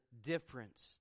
difference